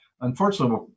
Unfortunately